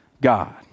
God